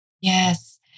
Yes